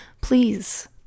please